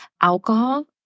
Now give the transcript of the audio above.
Alcohol